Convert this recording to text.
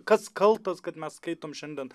kas kaltas kad mes skaitom šiandien